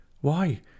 Why